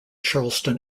charleston